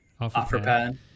OfferPad